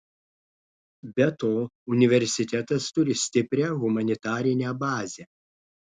be to universitetas turi stiprią humanitarinę bazę